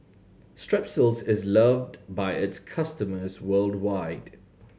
Strepsils is loved by its customers worldwide